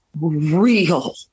real